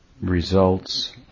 results